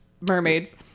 mermaids